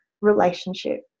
relationship